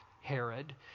Herod